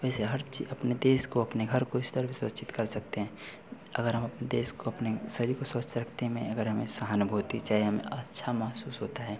वैसे हर चि अपने देश को अपने घर को इस तरफ सुरक्षित कर सकते हैं अगर हम अपने देश को अपने शरीर को सुरक्षित रखने में अगर हमें सहानुभूति चाहिए हमें अच्छा महसूस होता है